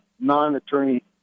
non-attorney